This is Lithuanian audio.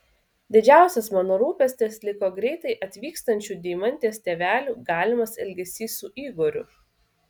didžiausias mano rūpestis liko greitai atvykstančių deimantės tėvelių galimas elgesys su igoriu